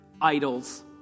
idols